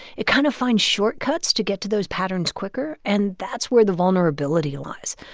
it kind of finds shortcuts to get to those patterns quicker. and that's where the vulnerability lies.